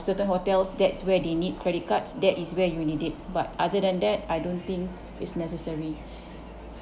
certain hotels that's where they need credit cards that is where you need it but other than that I don't think is necessary